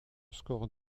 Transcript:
score